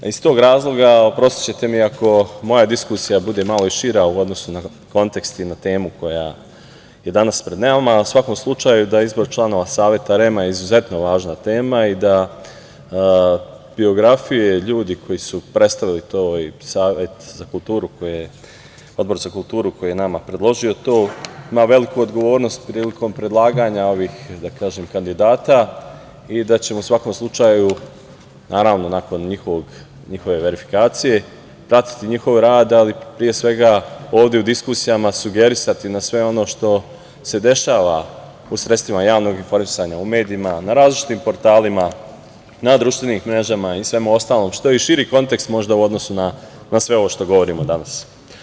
Iz tog razloga oprostićete mi ako moja diskusija bude malo i šira u odnosu na kontekst i na temu koja je danas pred nama, a u svakom slučaju izbor članova Saveta REM-a je izuzetno važna tema i da biografije ljudi koji su predstavili to i Odbor za kulturu koji je nama predložio to, ima veliku odgovornost prilikom predlaganja ovih kandidata i da ćemo u svakom slučaju, a naravno nakon njihove verifikacije pratiti njihov rad, ali pre svega ovde u diskusijama sugerisati na sve ono što se dešava u sredstvima javnog informisanja, u medijima, na različitim portalima, na društvenim mrežama i svemu ostalom što je i širi kontekst možda u odnosu na sve ovo što govorimo danas.